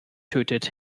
tötet